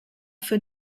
für